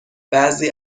بعضی